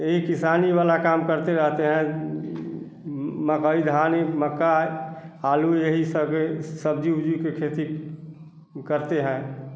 यही किसानी वाला काम करते रहते हैं मकाई धान मक्का है आलू यही सब हैं सब्ज़ी उब्जी की खेती करते हैं